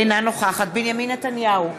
אינה נוכחת בנימין נתניהו,